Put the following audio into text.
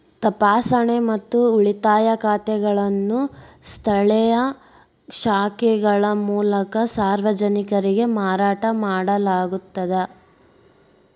ತಪಾಸಣೆ ಮತ್ತು ಉಳಿತಾಯ ಖಾತೆಗಳನ್ನು ಸ್ಥಳೇಯ ಶಾಖೆಗಳ ಮೂಲಕ ಸಾರ್ವಜನಿಕರಿಗೆ ಮಾರಾಟ ಮಾಡಲಾಗುತ್ತದ